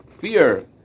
fear